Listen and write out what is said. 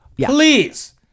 please